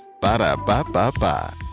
Ba-da-ba-ba-ba